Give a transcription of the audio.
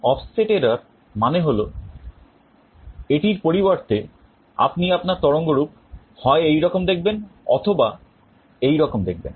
Offset error মানে হল এটির পরিবর্তে আপনি আপনার তরঙ্গরূপ হয় এইরকম দেখবেন অথবা এই রকম দেখবেন